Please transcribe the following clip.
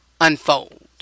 unfold